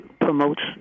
promotes